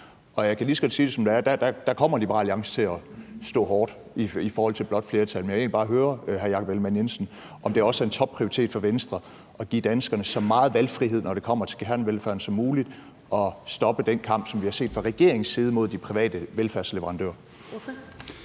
Jeg kan lige så godt sige det, som det er: Der kommer Liberal Alliance til at stå fast i forhold til et blåt flertal. Men jeg vil egentlig bare høre hr. Jakob Ellemann-Jensen, om det også er en topprioritet for Venstre at give danskerne så meget valgfrihed som muligt, når det kommer til kernevelfærden, og stoppe den kamp, som vi har set fra regeringens side, mod de private velfærdsleverandører.